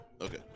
Okay